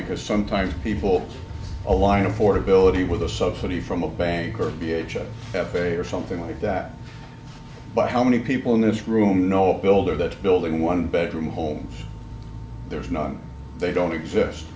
because sometimes people along affordability with a subsidy from a bank or be a f a or something like that but how many people in this room know a builder that building one bedroom home there's not they don't exist